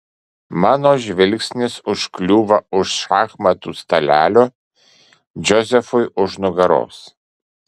mano žvilgsnis užkliūva už šachmatų stalelio džozefui už nugaros